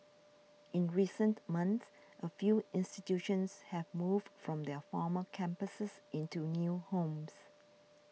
in recent months a few institutions have moved from their former campuses into new homes